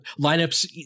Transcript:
lineups